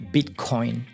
Bitcoin